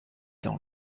dans